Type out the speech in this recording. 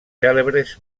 cèlebres